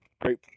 great